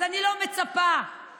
אז אני לא מצפה שעבאס,